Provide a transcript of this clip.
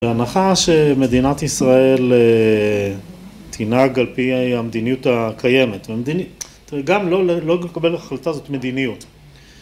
בהנחה שמדינת ישראל תנהג על פי המדיניות הקיימת, גם לא לקבל החלטה הזאת מדיניות.